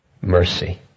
mercy